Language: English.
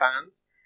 fans